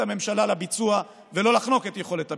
הממשלה לביצוע ולא לחנוק את יכולת הביצוע.